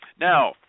Now